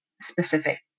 specific